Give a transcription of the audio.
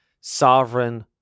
sovereign